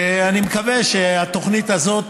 אני מקווה שהתוכנית הזאת,